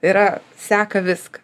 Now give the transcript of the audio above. yra seka viską